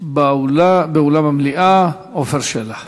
באולם המליאה, עפר שלח.